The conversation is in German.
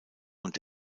und